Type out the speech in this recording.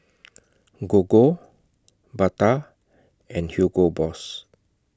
Gogo Bata and Hugo Boss